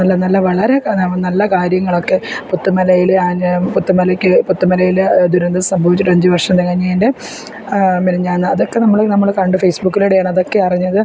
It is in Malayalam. നല്ല നല്ല വളരെ നല്ല കാര്യങ്ങളൊക്കെ പുത്തുമലയിലെ ആനയെ പുത്തുമലയ്ക്ക് പുത്തുമലയിലെ ദുരന്തം സംഭവിച്ചിട്ട് അഞ്ചു വർഷങ്ങൾ തികഞ്ഞതിൻ്റെ മിനിഞ്ഞാന്ന് അതൊക്കെ നമ്മൾ നമ്മൾ പണ്ട് ഫേസ്ബുക്കിലൂടെയാണ് അതൊക്കെ അറിഞ്ഞത്